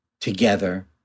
together